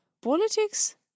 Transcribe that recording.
politics